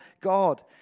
God